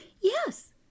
yes